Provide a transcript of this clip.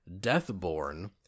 Deathborn